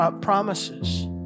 promises